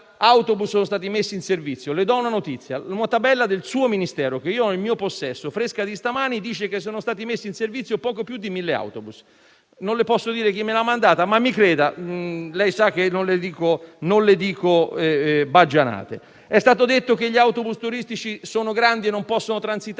Le do una notizia: una tabella del suo Ministero, che ho in mio possesso, fresca di stamani, dice che sono stati messi in servizio poco più di 1.000 autobus. Non le posso dire chi me l'ha mandata, ma mi creda, e lei sa che non le dico baggianate. È stato detto che gli autobus turistici sono grandi e non possono transitare